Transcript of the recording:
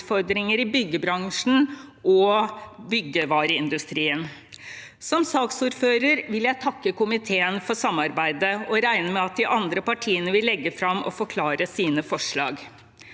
i byggebransjen og byggevareindustrien. Som saksordfører vil jeg takke komiteen for samarbeidet. Jeg regner med at de andre partiene vil legge fram og forklare sine forslag.